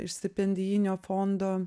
iš stipendijinio fondo